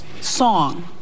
song